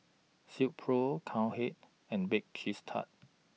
Silkpro Cowhead and Bake Cheese Tart